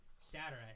Saturday